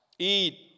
Eat